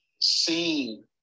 seen